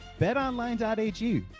betonline.ag